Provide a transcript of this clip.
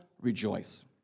rejoice